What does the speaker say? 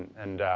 and